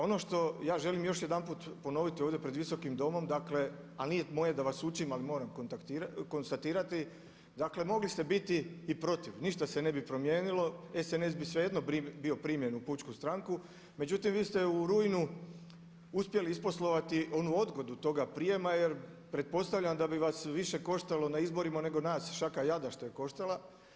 Ono što ja želim još jedanput ponoviti ovdje pred Visokim domom, dakle ali nije moje da vas učim ali moram konstatirati, dakle mogli ste biti i protiv, ništa se ne bi promijenilo, SNS bi svejedno bio primljen u pučku stranku, međutim vi ste u rujnu uspjeli isposlovati onu odgodu toga prijema jer pretpostavljam da bi vas više koštalo na izborima nego nas šaka jada što je koštala.